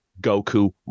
Goku